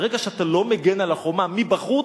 ברגע שאתה לא מגן על החומה מבחוץ,